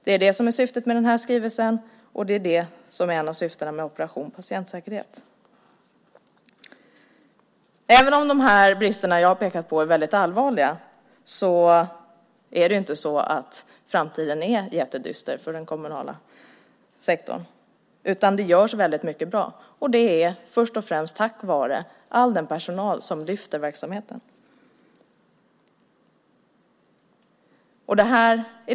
Det är det som är syftet med skrivelsen, och det är det som är ett av syftena med Operation patientsäkerhet. Även om de brister som jag har pekat på är allvarliga är inte framtiden jättedyster för den kommunala sektorn, utan det görs mycket som är bra först och främst tack vare all den personal som lyfter verksamheten.